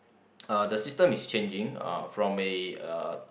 uh the system is changing uh from a uh